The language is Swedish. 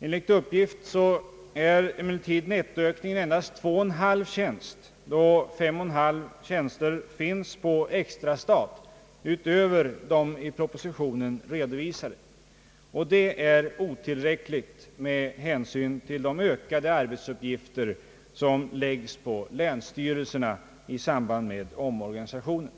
Enligt uppgift är emellertid nettoökningen endast 21 2 tjänst redan finns på extrastat utöver de i propositionen redovisade tjänsterna. Det är otillräckligt med hänsyn till de ökade arbetsuppgifter som läggs på länsstyrelserna i samband med omorganisationen.